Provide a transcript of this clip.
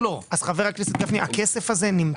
חבר הכנסת מיכאל ביטון, אתה מקבל רשות